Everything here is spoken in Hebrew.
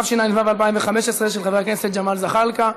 התשע"ו 2015, של חבר הכנסת ג'מאל זחאלקה.